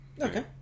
okay